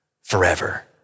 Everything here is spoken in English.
forever